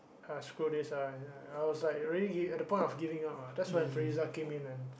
uh screw this lah I was like already at the point of giving up ah that's when Friza came in